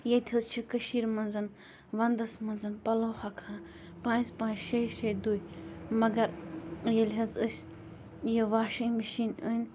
ییٚتہِ حظ چھِ کٔشیٖرِ منٛز وَندَس منٛز پَلو ہۄکھان پانٛژِ پانٛژِ شیٚیہِ شیٚیہِ دۄہہِ مگر ییٚلہِ حظ أسۍ یہِ واشنگ مِشیٖن أنۍ